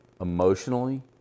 emotionally